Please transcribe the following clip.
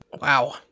Wow